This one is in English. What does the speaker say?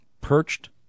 perched